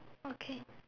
okay